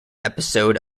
episode